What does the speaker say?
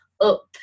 up